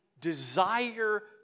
desire